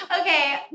okay